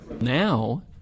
Now